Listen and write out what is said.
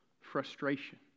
frustration